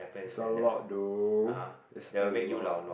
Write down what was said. so a lot though it's a lot